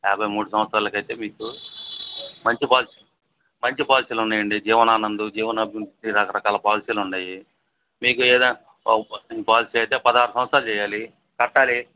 యాభై మూడు సంవత్సరాలకైతే మీకు మంచి పాల్ మంచి పాలిసీలు ఉన్నాయండి జీవనానందు జీవనాభివృద్ధి రకరకాల పాలిసీలు ఉన్నాయి మీకు ఏద ఒక పాలసీ అయితే పదహారు సంవత్సరాలు చెయ్యాలి కట్టాలి